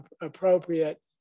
appropriate